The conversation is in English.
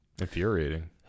infuriating